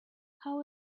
how